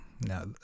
Now